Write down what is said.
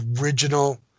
original